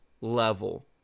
level